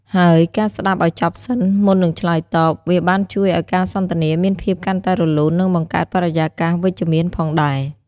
ហើយការស្តាប់ឲ្យចប់សិន មុននឹងឆ្លើយតប វាបានជួយឲ្យការសន្ទនាមានភាពកាន់តែរលូន និងបង្កើតបរិយាកាសវិជ្ជមានផងដែរ។